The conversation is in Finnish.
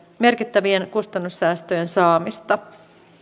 merkittävien kustannussäästöjen saamista